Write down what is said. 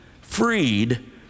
Freed